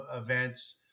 events